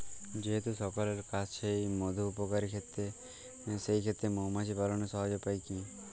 যেহেতু সকলের কাছেই মধু উপকারী সেই ক্ষেত্রে মৌমাছি পালনের সহজ উপায় কি?